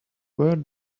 where